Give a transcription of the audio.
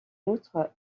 outre